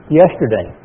yesterday